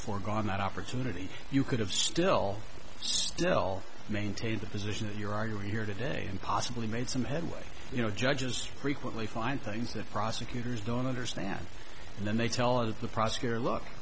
foregone that opportunity you could have still still maintained the position that you're arguing here today and possibly made some headway you know judges frequently find things that prosecutors don't understand and then they tell of the prosecutor l